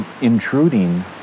intruding